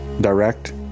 direct